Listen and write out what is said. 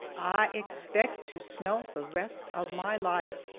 i expect to smell the rest of my life!